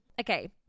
Okay